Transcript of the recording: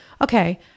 okay